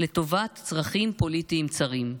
לטובת צרכים פוליטיים צרים.